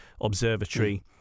observatory